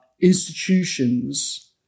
institutions